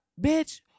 bitch